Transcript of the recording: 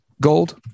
gold